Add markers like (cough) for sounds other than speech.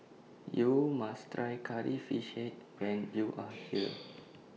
YOU must Try Curry Fish Head when YOU Are (noise) here